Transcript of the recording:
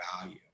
value